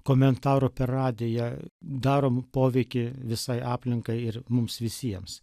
komentaru per radiją daro m poveikį visai aplinkai ir mums visiems